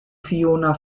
fiona